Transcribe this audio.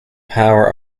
power